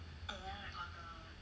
mmhmm